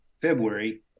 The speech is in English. February